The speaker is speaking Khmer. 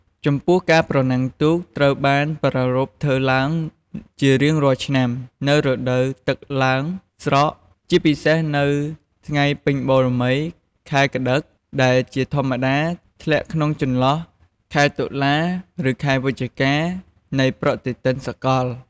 ចំពោះការប្រណាំងទូកត្រូវបានប្រារព្ធធ្វើឡើងជារៀងរាល់ឆ្នាំ នៅរដូវទឹកឡើងស្រក ជាពិសេសនៅ ថ្ងៃពេញបូណ៌មី ខែកត្តិក ដែលជាធម្មតាធ្លាក់ក្នុងចន្លោះ ខែតុលា ឬខែវិច្ឆិកា នៃប្រតិទិនសកល។